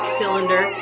cylinder